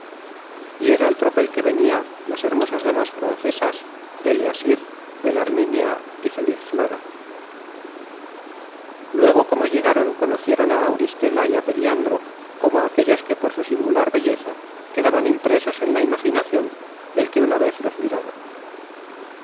y era el tropel que venia las hermosas damas francesas deleasir belarminia y feliz flora luego como llegaron conocieron á auristela y á periandro como a aquellos que por su singular belleza quedaban impresos en la imaginacion del que una vez los miraba